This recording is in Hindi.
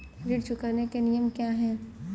ऋण चुकाने के नियम क्या हैं?